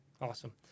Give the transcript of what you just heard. Awesome